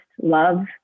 love